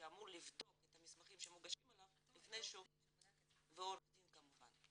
שאמור לבדוק את המסמכים שמוגשים אליו ועורך דין כמובן.